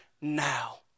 now